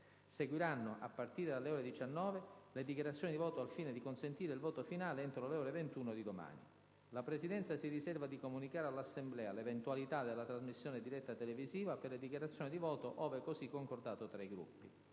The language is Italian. Seguiranno, a partire dalle ore 19, le dichiarazioni di voto al fine di consentire il voto finale entro le ore 21 di domani. La Presidenza si riserva di comunicare all'Assemblea l'eventualità della trasmissione diretta televisiva per le dichiarazioni di voto, ove così concordato tra i Gruppi.